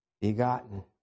begotten